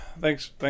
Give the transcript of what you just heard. Thanks